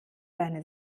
deine